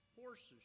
Horses